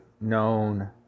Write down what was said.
known